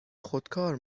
خودکار